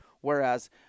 Whereas –